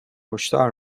هشدار